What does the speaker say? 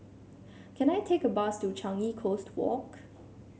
can I take a bus to Changi Coast Walk